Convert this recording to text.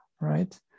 right